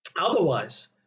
Otherwise